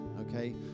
okay